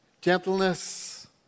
gentleness